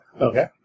Okay